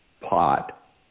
pot